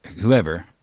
whoever